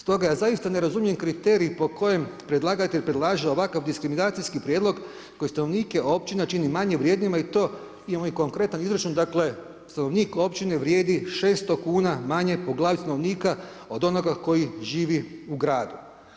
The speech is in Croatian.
Stoga ja zaista ne razumijem kriterij po kojem predlagatelj predlaže ovakav diskriminacijski prijedlog koji stanovnike općina čini manje vrijednima i to, imamo i konkretan izračun, dakle stanovnik općine vrijedi 600 kuna manje po glavi stanovnika od onoga koji živi u gradu.